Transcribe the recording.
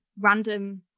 random